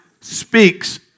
speaks